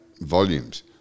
volumes